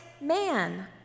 man